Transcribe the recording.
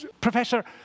Professor